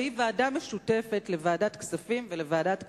והיא ועדה משותפת לוועדת הכספים ולוועדת הכלכלה,